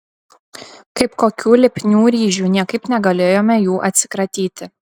kaip kokių lipnių ryžių niekaip negalėjome jų atsikratyti